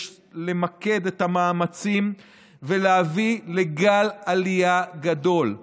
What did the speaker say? למקד את המאמצים ולהביא לגל עלייה גדול.